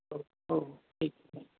हो हो ठीक आहे ठीक आहे